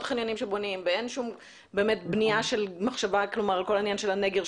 חניונים שבונים ואין שום מחשבה על כל העניין של הנגר,